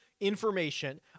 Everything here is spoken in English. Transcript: information